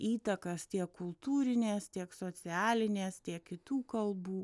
įtakas tiek kultūrinės tiek socialinės tiek kitų kalbų